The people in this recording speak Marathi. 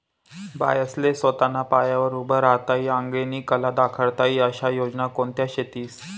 बायास्ले सोताना पायावर उभं राहता ई आंगेनी कला दखाडता ई आशा योजना कोणत्या शेतीस?